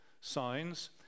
signs